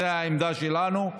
זו העמדה שלנו,